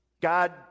God